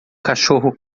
cachorro